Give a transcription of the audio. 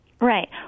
Right